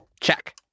Check